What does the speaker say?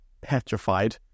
petrified